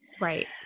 Right